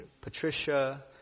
Patricia